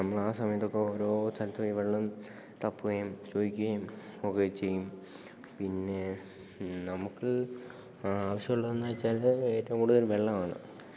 നമ്മളാ സമയത്തൊക്കെ ഓരോ സ്ഥലത്തു പോയി വെള്ളം തപ്പുകയും ചോദിക്കുകയും ഒക്കെ ചെയ്യും പിന്നെ നമുക്ക് ആവശ്യമുള്ളതെന്നു വച്ചാല് ഏറ്റവും കൂടുതല് വെള്ളമാണ്